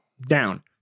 down